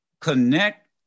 connect